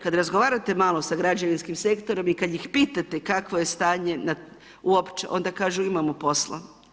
Kad razgovarate malo sa građevinskim sektorom i kad ih pitate kakvo je stanje uopće, onda kažu imamo posla.